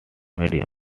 medium